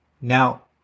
Now